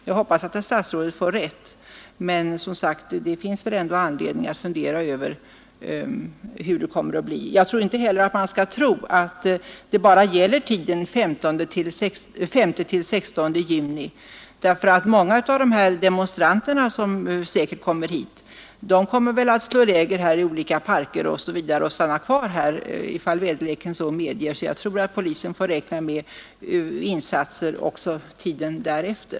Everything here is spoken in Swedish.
Jag hoppas att herr statsrådet får rätt, men det finns anledning att fundera över hur det kommer att bli. Man skall inte heller tro att det bara gäller tiden 5S—16 juni. Många av de demonstranter som säkert kommer hit kommer väl att slå läger i olika parker och stanna kvar här ifall väderleken så medger. Jag tror därför att polisen får räkna med insatser också under tiden därefter.